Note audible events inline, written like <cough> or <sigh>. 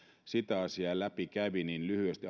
sitä asiaa läpi kävi lyhyesti <unintelligible>